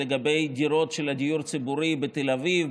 לגבי דירות של הדיור הציבורי בתל אביב,